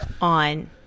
on